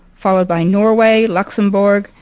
followed by norway, luxembourg,